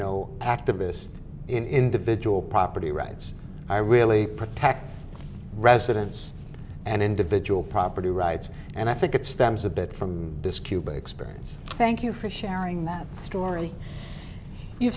know activist in individual property rights i really protect residents and individual property rights and i think it stems a bit from this cuba experience thank you for sharing that story you